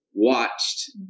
watched